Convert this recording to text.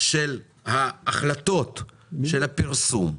של ההחלטות של הפרסום.